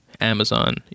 Amazon